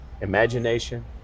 Imagination